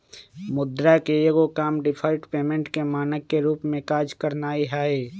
मुद्रा के एगो काम डिफर्ड पेमेंट के मानक के रूप में काज करनाइ हइ